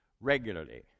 Regularly